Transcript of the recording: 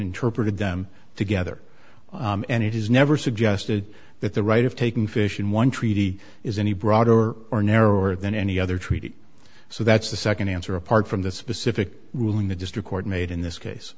interpreted them together and it is never suggested that the right of taking fish in one treaty is any broader or narrower than any other treaty so that's the second answer apart from the specific ruling the district court made in this case